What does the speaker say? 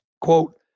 Quote